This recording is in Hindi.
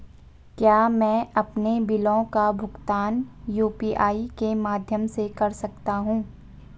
क्या मैं अपने बिलों का भुगतान यू.पी.आई के माध्यम से कर सकता हूँ?